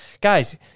Guys